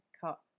cut